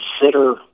consider